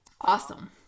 awesome